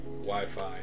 Wi-Fi